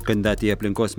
kandidatė į aplinkos